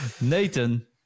Nathan